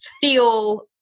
feel